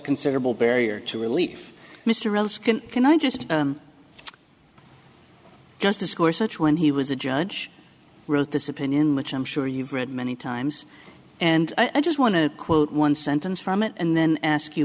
considerable barrier to relief mr ellis can can i just justice course such when he was a judge wrote this opinion which i'm sure you've read many times and i just want to quote one sentence from it and then ask you